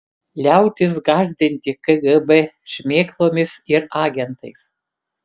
liautis gąsdinti kgb šmėklomis ir agentais